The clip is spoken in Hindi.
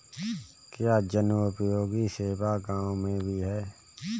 क्या जनोपयोगी सेवा गाँव में भी है?